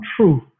true